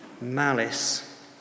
malice